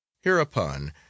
Hereupon